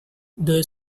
the